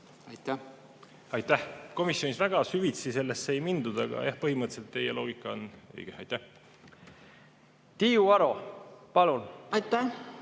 Aitäh! Komisjonis väga süvitsi sellesse ei mindud, aga põhimõtteliselt teie loogika on õige. Tiiu Aro, palun! Tiiu